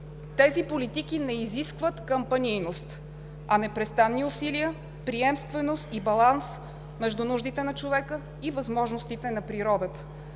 Тези политики не изискват кампанийност, а непрестанни усилия, приемственост и баланс между нуждите на човека и възможностите на природата.